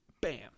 bam